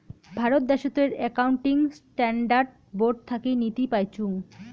ভারত দ্যাশোতের accounting standard board থাকি নীতি পাইচুঙ